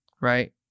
right